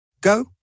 Go